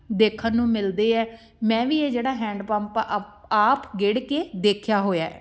ਦੇਖਣ ਨੂੰ ਮਿਲਦੇ ਹੈ ਮੈਂ ਵੀ ਇਹ ਜਿਹੜਾ ਹੈਂਡ ਪੰਪ ਆ ਅਪ ਆਪ ਗੇੜ ਕੇ ਦੇਖਿਆ ਹੋਇਆ